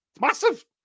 massive